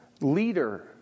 leader